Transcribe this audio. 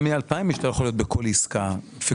גם מ-2,000 אתה לא יכול להיות בכל עסקה פיקטיבית.